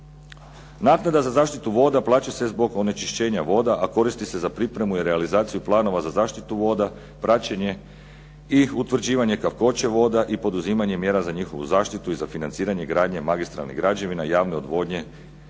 Naknada za zaštitu voda plaća se zbog onečišćenja voda a koristi se za pripremu i realizaciju planova za zaštitu voda, praćenje i utvrđivanje kakvoće voda i poduzimanje mjera za njihovu zaštitu i za financiranje gradnje magistralnih građevina i javne odvodnje